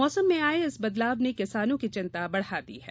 मौसम में आये इस बदलाव ने किसानों की चिंता बढ़ा दी है